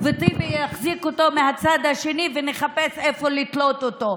אחד וטיבי יחזיק אותו מהצד השני ונחפש איפה לתלות אותו.